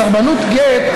סרבנות גט,